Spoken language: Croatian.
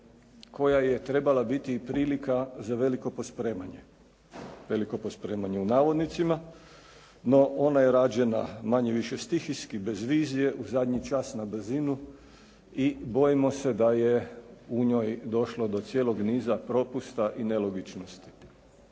koja je trebala biti i prilika za veliko pospremanje, "veliko pospremanje" u navodnicima, no ona je rađena manje-više stihijski bez vizije u zadnji čas na brzinu i bojimo se da je u njoj došlo do cijelog niza propusta i nelogičnosti.